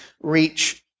reach